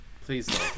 Please